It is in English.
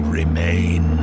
remain